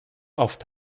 oft